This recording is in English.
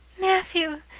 matthew,